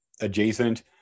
adjacent